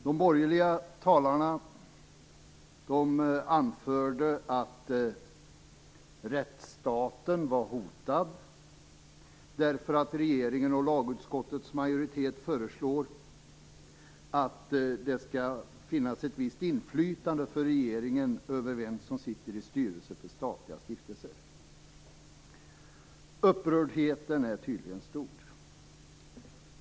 De borgerliga talarna anförde att rättsstaten var hotad, eftersom regeringen och lagutskottets majoritet föreslår att det skall finnas ett visst inflytande för regeringen över vem som sitter i styrelser för statliga stiftelser. Upprördheten är tydligen stor.